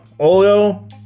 oil